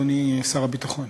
אדוני שר הביטחון.